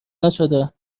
نشده